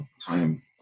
time